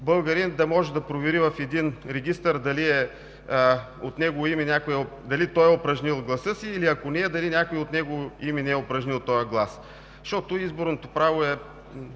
българин да може да провери в един регистър дали той е упражнил гласа си или ако не, дали някой от негово име не е упражнил този глас, защото изборното право е